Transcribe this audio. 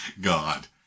God